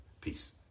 Peace